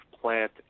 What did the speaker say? Plant